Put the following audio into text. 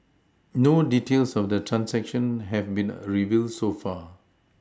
no details of the transaction have been a revealed so far